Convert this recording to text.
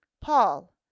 Paul